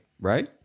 right